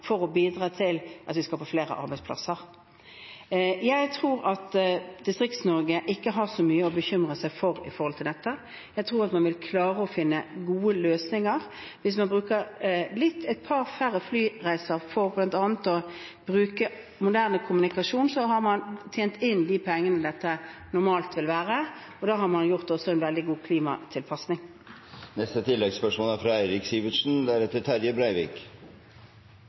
for å bidra til at vi skaper flere arbeidsplasser. Jeg tror ikke at Distrikts-Norge har så mye å bekymre seg for når det gjelder dette. Jeg tror man vil klare å finne gode løsninger. Hvis man bruker et par færre flyreiser ved bl.a. å bruke moderne kommunikasjon, har man tjent inn igjen de pengene som dette normalt vil koste. Da har man også gjort en veldig god klimatilpassing. Eirik Sivertsen – til oppfølgingsspørsmål. Dette er